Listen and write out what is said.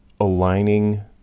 Aligning